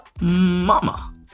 mama